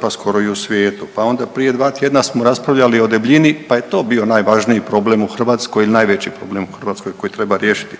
pa skoro i u svijetu, pa onda prije dva tjedna smo raspravljali o debljini pa je to bio najvažniji problem u Hrvatskoj ili najveći problem u Hrvatskoj koji treba riješiti.